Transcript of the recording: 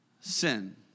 sin